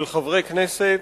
ומגוונת של חברי כנסת,